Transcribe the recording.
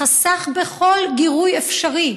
חסך בכל גירוי אפשרי.